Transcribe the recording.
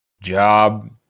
job